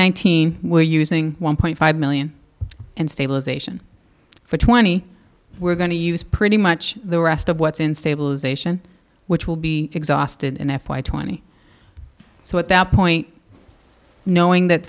nineteen we're using one point five million and stabilisation for twenty we're going to use pretty much the rest of what's in stabilisation which will be exhausted in f y twenty so at that point knowing that